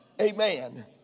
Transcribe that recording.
Amen